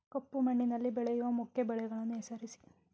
ಕಪ್ಪು ಮಣ್ಣಿನಲ್ಲಿ ಬೆಳೆಯುವ ಮುಖ್ಯ ಬೆಳೆಗಳನ್ನು ಹೆಸರಿಸಿ